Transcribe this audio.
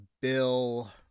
bill